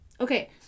Okay